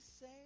say